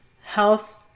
Health